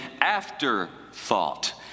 afterthought